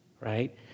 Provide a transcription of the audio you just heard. Right